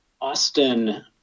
Austin